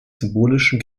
symbolischen